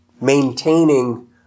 maintaining